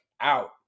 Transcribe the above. out